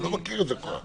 אני לא מכיר את זה כל כך.